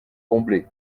combler